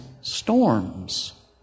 storms